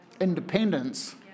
independence